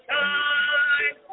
time